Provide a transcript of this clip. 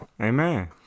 Amen